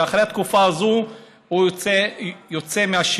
ואחרי התקופה הזאת הוא יוצא מהשימוש.